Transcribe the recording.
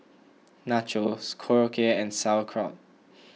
Nachos Korokke and Sauerkraut